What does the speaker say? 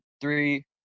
three